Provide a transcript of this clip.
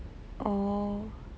oh